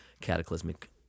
cataclysmic